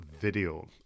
video